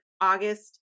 August